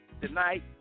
tonight